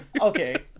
Okay